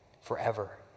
Forever